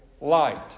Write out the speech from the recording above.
light